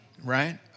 right